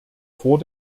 vor